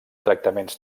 tractaments